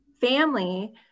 family